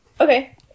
Okay